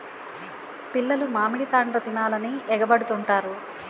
పిల్లలు మామిడి తాండ్ర తినాలని ఎగబడుతుంటారు